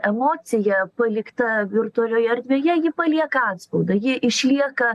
emocija palikta virtualioje erdvėje ji palieka antspaudą ji išlieka